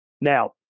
Now